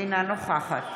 אינה נוכחת